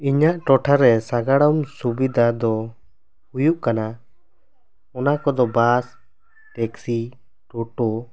ᱤᱧᱟᱹᱜ ᱴᱚᱴᱷᱟ ᱨᱮ ᱥᱟᱜᱟᱲᱚᱢ ᱥᱩᱵᱤᱫᱟ ᱫᱚ ᱦᱩᱭᱩᱜ ᱠᱟᱱᱟ ᱚᱱᱟ ᱠᱚᱫᱚ ᱵᱟᱥ ᱴᱮᱠᱥᱤ ᱴᱳᱴᱳ